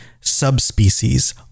subspecies